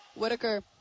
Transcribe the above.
Whitaker